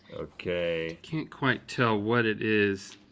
okay. can't quite tell what it is.